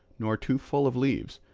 nor too full of leaves,